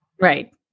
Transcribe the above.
Right